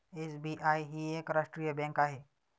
SBI ही एक राष्ट्रीय बँक आहे